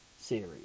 series